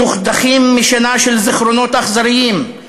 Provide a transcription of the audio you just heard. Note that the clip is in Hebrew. מדוכדכים משנה של זיכרונות אכזריים,